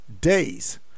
days